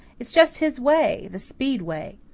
it's just his way the speed way.